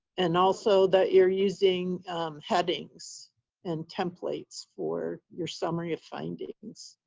and also that you're using headings and templates for your summary of findings.